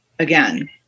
Again